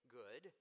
good